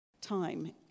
time